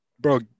bro